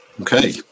Okay